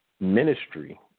ministry